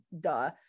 duh